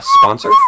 sponsor